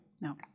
No